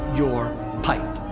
your. pipe.